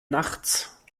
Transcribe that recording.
nachts